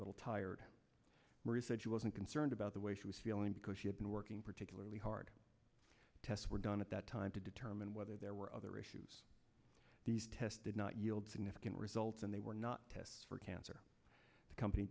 little tired mary said she wasn't concerned about the way she was feeling because she had been working particularly hard tests were done at that time to determine whether there were other issues these tests did not yield significant results and they were not tests for cancer the company